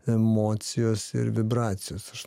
emocijos ir vibracijos aš